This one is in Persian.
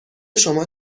شما